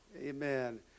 Amen